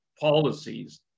policies